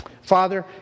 Father